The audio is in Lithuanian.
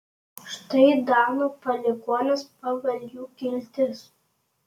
štai dano palikuonys pagal jų kiltis